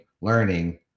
learning